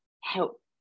help